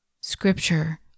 scripture